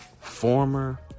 former